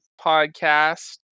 podcast